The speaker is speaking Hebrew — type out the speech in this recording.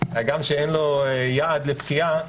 הגם שאין לו יעד לפקיעה,